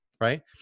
Right